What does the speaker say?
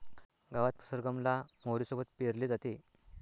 गावात सरगम ला मोहरी सोबत पेरले जाते